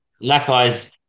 Lackey's